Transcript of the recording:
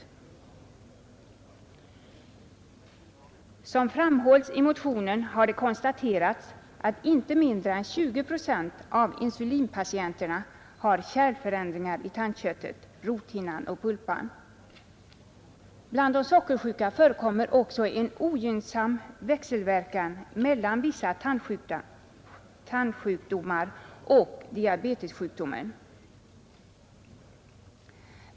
Som framhålles i motionen har det konstaterats, att inte mindre än 20 procent av insulinpatienterna har kärlförändringar i tandköttet, rothinnan och pulpan. Bland de sockersjuka förekommer också en ogynnsam växelverkan mellan vissa tandsjukdomar och diabetessjukdomen.